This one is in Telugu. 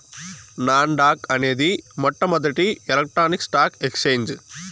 నాన్ డాక్ అనేది మొట్టమొదటి ఎలక్ట్రానిక్ స్టాక్ ఎక్సేంజ్